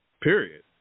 period